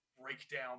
breakdown